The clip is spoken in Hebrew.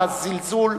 הזלזול,